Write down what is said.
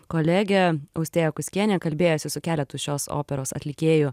kolegė austėja kuskienė kalbėjosi su keletu šios operos atlikėjų